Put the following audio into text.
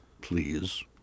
please